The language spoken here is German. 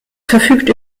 verfügt